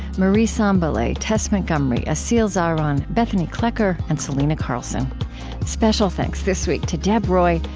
marie sambilay, tess montgomery, aseel zahran, bethanie kloecker, and selena carlson special thanks this week to deb roy,